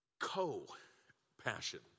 Co-passion